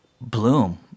bloom